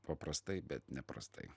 paprastai bet neprastai